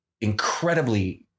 incredibly